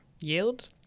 yield